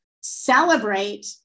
celebrate